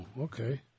okay